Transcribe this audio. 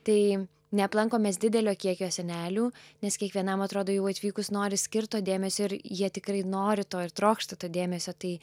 tai neaplankom mes didelio kiekio senelių nes kiekvienam atrodo jau atvykus nori skirto dėmesio ir jie tikrai nori to ir trokšta to dėmesio tai